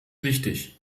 wichtig